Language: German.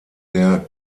der